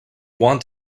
want